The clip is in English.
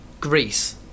Greece